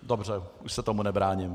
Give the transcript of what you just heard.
Dobře, už se tomu nebráním.